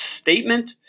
statement